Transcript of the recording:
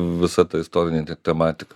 visa ta istorinė te tematika